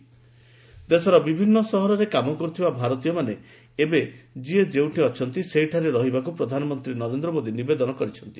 PM appeal ଦେଶର ବିଭିନ୍ନ ସହରରେ କାମ କରୁଥିବା ଭାରତୀୟମାନେ ଏବେ ଯିଏ ଯେଉଁଠି ଅଛନ୍ତି ସେଠାରେ ରହିବାକୁ ପ୍ରଧାନମନ୍ତ୍ରୀ ନରେନ୍ଦ୍ର ମୋଦି ନିବେଦନ କରିଛନ୍ତି